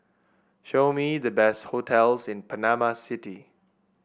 show me the best hotels in Panama City